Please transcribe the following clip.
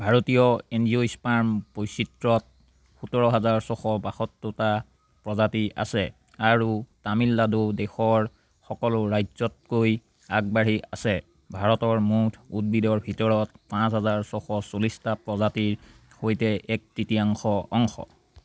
ভাৰতীয় এঞ্জিওস্পাৰ্ম বৈচিত্ৰ্যত সোতৰ হেজাৰ ছশ বাসত্তৰটা প্ৰজাতি আছে আৰু তামিলনাডু দেশৰ সকলো ৰাজ্যতকৈ আগবাঢ়ি আছে ভাৰতৰ মুঠ উদ্ভিদৰ ভিতৰত পাঁচ হেজাৰ ছশ চল্লিছটা প্ৰজাতিৰ সৈতে এক তৃতীয়াংশ অংশ